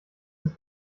ist